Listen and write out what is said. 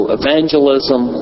evangelism